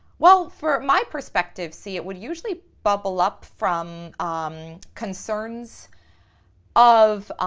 well, for my perspective, see, it would usually bubble up from um concerns of,